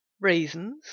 raisins